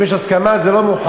אם יש הסכמה, זה לא מאוחר.